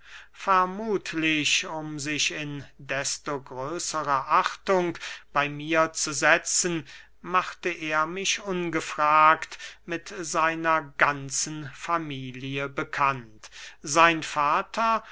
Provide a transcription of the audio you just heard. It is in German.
vermuthlich um sich in desto größere achtung bey mir zu setzen machte er mich ungefragt mit seiner ganzen familie bekannt sein vater